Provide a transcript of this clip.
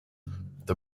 the